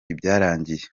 ibyarangiye